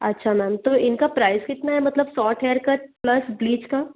अच्छा मैम तो इनका प्राइज़ कितना है मतलब short haircut plus bleach का